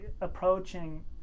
approaching